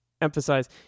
emphasize